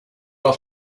off